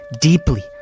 deeply